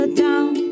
down